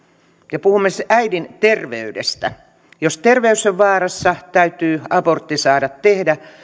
ja puhumme äidin terveydestä niin jos terveys on vaarassa täytyy abortti saada tehdä